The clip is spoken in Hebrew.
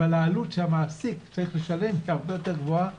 אבל העלות שהמעסיק צריך לשלם הרבה יותר גבוהה